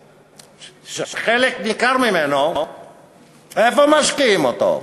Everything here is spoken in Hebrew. שחלק ניכר ממנו איפה משקיעים אותו,